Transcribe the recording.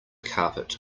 carpet